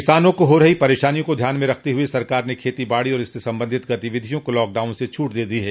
किसानों को हो रही परेशानियों को ध्यान में रखते हुए सरकार ने खेती बाड़ी और इससे संबंधित गतिविधियों को लॉकडाउन से छूट दे दी है